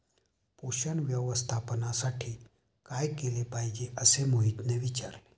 पोषण व्यवस्थापनासाठी काय केले पाहिजे असे मोहितने विचारले?